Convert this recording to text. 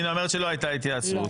פנינה אומרת שלא הייתה התייעצות.